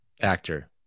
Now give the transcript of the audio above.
actor